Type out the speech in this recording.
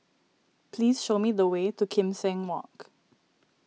please show me the way to Kim Seng Walk